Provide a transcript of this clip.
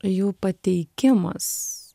jų pateikimas